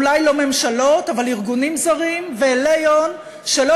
אולי לא מממשלות אבל מארגונים זרים ואילי הון שלא